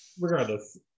regardless